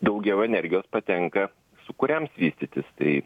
daugiau energijos patenka sūkuriams vystytis tai